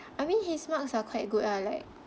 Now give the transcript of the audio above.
I mean his marks are quite good ah like